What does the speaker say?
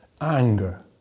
anger